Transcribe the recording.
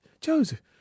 Joseph